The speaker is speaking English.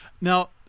Now